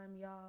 y'all